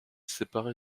séparé